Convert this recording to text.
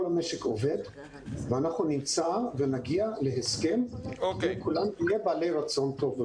כל המשק עובד ואנחנו נמצא ונגיע להסכם בין כולם כי כולם בעלי רצון טוב.